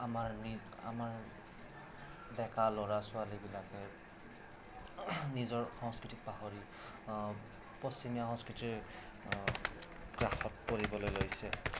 আমাৰ আমাৰ ডেকা ল'ৰা ছোৱালীবিলাকে নিজৰ সংস্কৃতিক পাহৰি পশ্চিমীয়া সংস্কৃতিৰ গ্ৰাসত পৰিবলৈ লৈছে